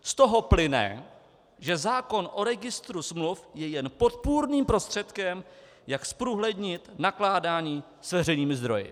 Z toho plyne, že zákon o registru smluv je jen podpůrným prostředkem, jak zprůhlednit nakládání s veřejnými zdroji.